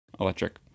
electric